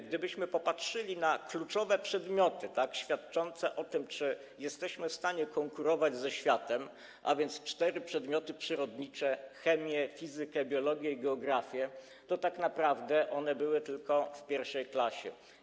Gdybyśmy popatrzyli na kluczowe przedmioty, świadczące o tym, czy jesteśmy w stanie konkurować ze światem, a więc cztery przedmioty przyrodnicze: chemię, fizykę, biologię i geografię, to tak naprawdę one były tylko w I klasie.